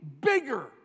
bigger